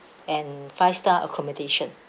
and five star accommodation